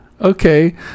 Okay